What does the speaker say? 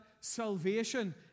salvation